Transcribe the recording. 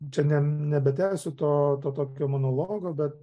čia ne nebetęsiu to tokio monologo bet